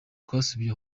twasubiye